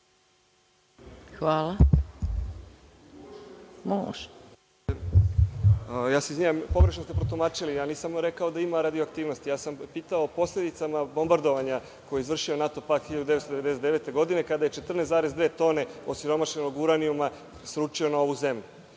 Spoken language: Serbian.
Nogo** Izvinjavam se, pogrešno ste protumačili. Nisam rekao da ima radioaktivnosti. Pitao sam o posledicama bombardovanja koje je izvršio NATO pakt 1999. godine kada je 14,2 tone osiromašenog uranijuma sručio na ovu zemlju.